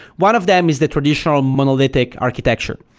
one of them is the traditional monolithic architecture.